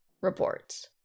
reports